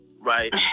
right